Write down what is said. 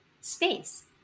space